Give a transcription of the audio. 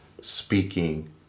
speaking